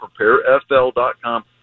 preparefl.com